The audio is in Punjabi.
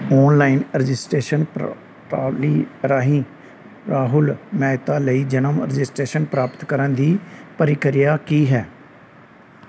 ਔਨਲਾਈਨ ਰਜਿਸਟ੍ਰੇਸ਼ਨ ਪ ਪ੍ਰਣਾਲੀ ਰਾਹੀਂ ਰਾਹੁਲ ਮਹਿਤਾ ਲਈ ਜਨਮ ਰਜਿਟਰੇਸ਼ਨ ਪ੍ਰਾਪਤ ਕਰਨ ਦੀ ਪ੍ਰਕਿਰਿਆ ਕੀ ਹੈ